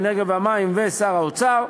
האנרגיה והמים ושר האוצר.